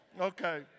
Okay